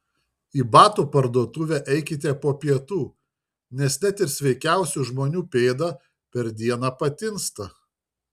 į batų parduotuvę eikite po pietų nes net ir sveikiausių žmonių pėda per dieną patinsta